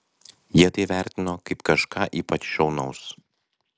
jie tai vertino kaip kažką ypač šaunaus